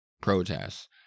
protests